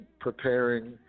preparing